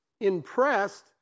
impressed